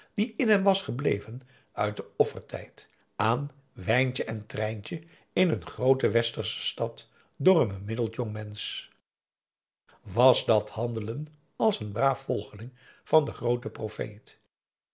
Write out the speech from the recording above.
die in hem was gebleven uit den offertijd aan wijntje en trijntje in een groote we aum boe akar eel stad door een bemiddeld jongmensch was dat handelen als een braaf volgeling van den grooten profeet